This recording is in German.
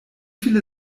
viele